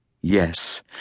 Yes